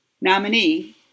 nominee